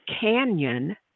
canyon